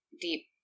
deep